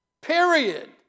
period